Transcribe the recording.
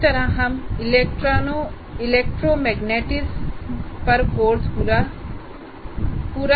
इसी तरह हम इलेक्ट्रोमैग्नेटिज्म पर पूरा कोर्स पेश करते हैं